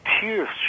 tears